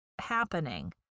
happening